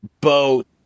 Boat